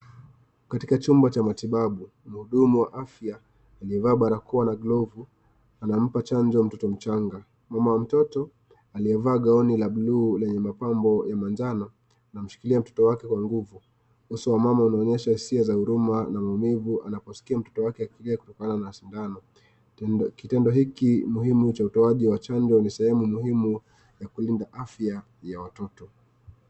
Katika chumba cha matibabu, mhudumu wa aya aliyevaa barakoa na glovu, anampa chanjo mtoto mchanga. Mama mtoto, aliyefaa gown la bluu yenye mapambo ya manjano anamshikilia mtoto wake kwa nguvu. Uso wa mama unaonyesha hisia za huruma na maumivu anaposikia mtoto wake akilia kutokana na sindano. Kitendo hiki cha utoaji wa chanjo ni sehemu muhimu ya kulinda afya ya watoto.